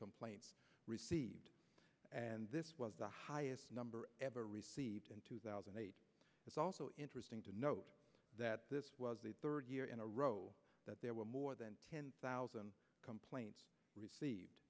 complaints received and this was the highest number ever received in two thousand and eight it's also interesting to note that this was the third year in a row that there were more than ten thousand complaints received